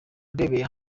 urebeye